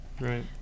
Right